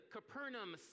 Capernaum